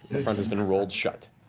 the front has been rolled shut.